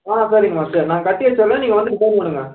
ஆ சரிங்கம்மா சரி நான் கட்டி வச்சிடுறேன் நீங்கள் வந்துவிட்டு ஃபோன் பண்ணுங்கள்